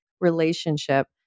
relationship